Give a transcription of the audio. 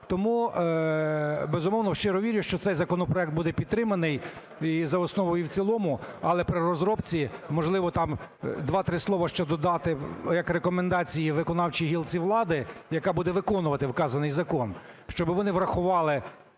Тому, безумовно щиро вірю, що цей законопроект буде підтриманий і за основу, і в цілому, але при розробці, можливо, там два-три слова ще додати як рекомендації виконавчій гілці влади, яка буде виконувати вказаний закон, щоби вони врахували